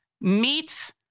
meets